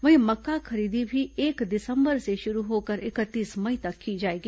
वहीं मक्का खरीदी भी एक दिसंबर से शुरू होकर इकतीस मई तक की जाएगी